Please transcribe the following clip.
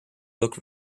look